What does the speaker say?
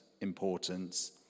importance